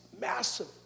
massive